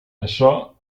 açò